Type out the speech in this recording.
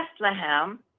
Bethlehem